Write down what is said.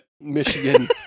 Michigan